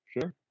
sure